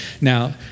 Now